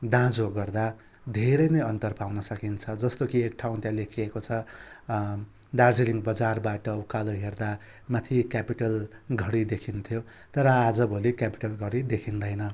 दाँजो गर्दा धेरै नै अन्तर पाउन सकिन्छ जस्तो कि एक ठाउँ त्यहाँ लेखिएको छ दार्जिलिङ बजारबाट उकालो हेर्दा माथि क्यापिटल घडी देखिन्थ्यो तर आजभोलि क्यापिटल घडी देखिँदैन